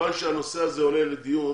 מכיוון שהנושא הזה עולה לדיון